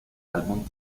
álbum